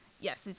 Yes